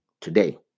today